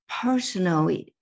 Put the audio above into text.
Personal